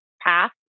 path